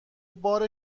بار